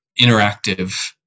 interactive